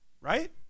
right